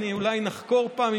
אולי נחקור פעם,